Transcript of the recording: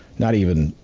not even,